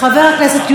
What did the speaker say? חבר הכנסת עפר שלח,